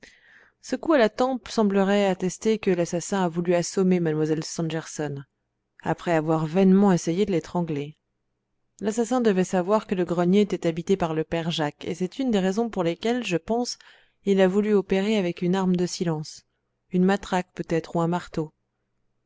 ce coup à la tempe semblerait attester que l'assassin a voulu assommer mlle stangerson après avoir vainement essayé de l'étrangler l'assassin devait savoir que le grenier était habité par le père jacques et c'est une des raisons pour lesquelles je pense il a voulu opérer avec une arme de silence une matraque peut-être ou un marteau